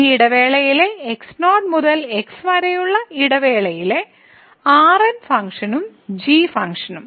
ഈ ഇടവേളയിലെ x0 മുതൽ x വരെയുള്ള ഇടവേളയിലെ Rn ഫംഗ്ഷനും g ഫംഗ്ഷനും